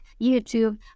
YouTube